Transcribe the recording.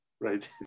Right